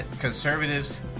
conservatives